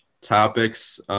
topics